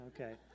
okay